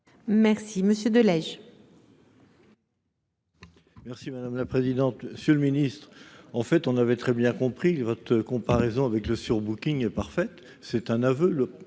Merci Monsieur Delage.